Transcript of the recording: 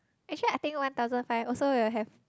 actually I think one thousand five also will have